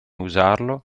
usarlo